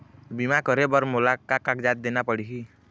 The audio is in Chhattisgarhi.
बीमा करे बर मोला का कागजात देना पड़ही?